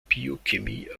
biochemie